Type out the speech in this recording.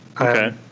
Okay